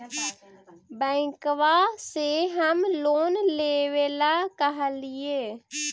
बैंकवा से हम लोन लेवेल कहलिऐ?